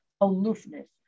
aloofness